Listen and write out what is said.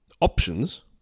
options